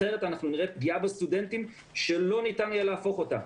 אחרת אנחנו נראה פגיעה בסטודנטים שלא ניתן יהיה להפוך אותה.